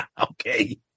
Okay